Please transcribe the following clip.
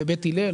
בבית הלל,